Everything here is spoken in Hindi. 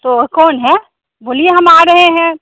तो कौन है बोलिए हम आ रहे हैं